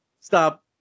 stop